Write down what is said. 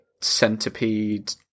centipede